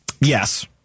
Yes